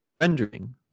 rendering